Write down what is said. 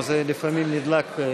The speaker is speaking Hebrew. התשע"ו 2016,